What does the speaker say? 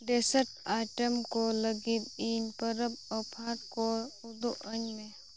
dessert ᱟᱭᱴᱮᱢᱠᱚ ᱞᱟᱹᱜᱤᱫ ᱤᱧ ᱯᱚᱨᱚᱵᱽ ᱚᱯᱷᱟᱨᱠᱚ ᱩᱫᱩᱜ ᱟᱹᱧᱢᱮ